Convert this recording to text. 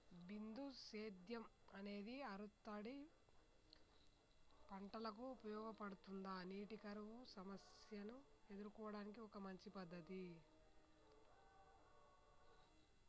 బిందు సేద్యం అనేది ఆరుతడి పంటలకు ఉపయోగపడుతుందా నీటి కరువు సమస్యను ఎదుర్కోవడానికి ఒక మంచి పద్ధతి?